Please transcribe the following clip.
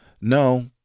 no